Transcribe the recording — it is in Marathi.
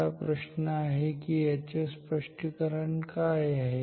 आता प्रश्न आहे की याचे स्पष्टीकरण काय आहे